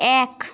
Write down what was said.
এক